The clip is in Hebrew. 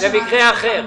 כן, זה מקרה אחר.